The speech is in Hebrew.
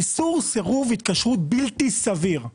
איסור סירוב התקשרות בלתי סביר.